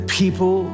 people